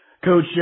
Coach